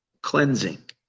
cleansing